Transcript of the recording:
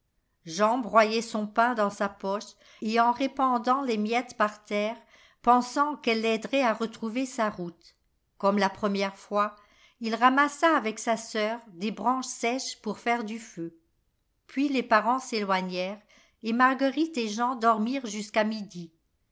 jean broyait son pain dans sa poche et en répandait les miettes par terre pensant qu'elle l'aideraient à retrouver sa route comme la première fois il ramassa avec sa sœur des branches sèches pour faire du feu puis les parents s'éloignèrent et marguerite et jean dormirent jusqu'à midi